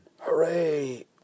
Hooray